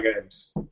games